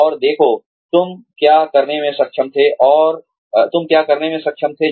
और देखो तुम क्या करने में सक्षम थे